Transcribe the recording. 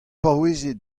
paouezit